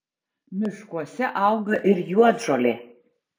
miškuose auga ir juodžolė